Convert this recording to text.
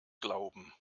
glauben